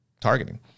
targeting